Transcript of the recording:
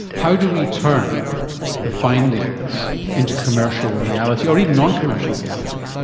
how do we turn the findings into commercial reality, or even non-commercial reality?